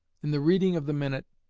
in the reading of the minute,